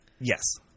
Yes